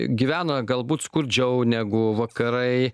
gyvena galbūt skurdžiau negu vakarai